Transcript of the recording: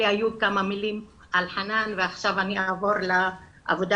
אלה היו כמה מילים על חנאן ועכשיו אני אעבור לעבודה